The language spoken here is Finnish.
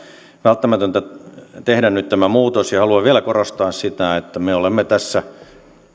välttämätöntä tehdä nyt tämä muutos haluan vielä korostaa sitä että me olemme tässä